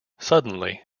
suddenly